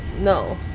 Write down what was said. No